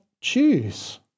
choose